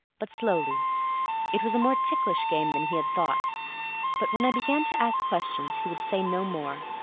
but slowly it was a more ticklish game than he had thought but when i began to ask questions he would say no more.